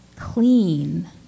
clean